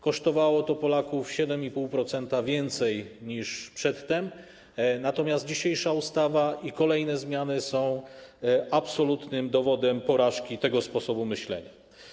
Kosztowało to Polaków 7,5% więcej niż przedtem, natomiast dzisiejsza ustawa i kolejne zmiany są absolutnym dowodem porażki tego sposobu myślenia.